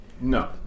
No